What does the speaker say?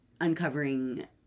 uncovering